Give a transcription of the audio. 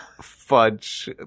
fudge